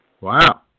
Wow